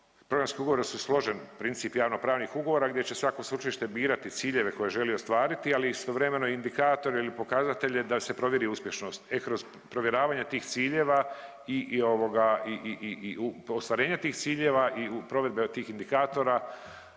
programski ugovori su složen princip javno pravnih ugovora gdje će svako sveučilište birati ciljeve koje želi ostvariti ali istovremeno i indikatore ili pokazatelje da se provjeri uspješnost. E kroz provjeravanje tih ciljeva i ovoga i ostvarenja ciljeva i provedbe tih indikatora